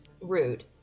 Rude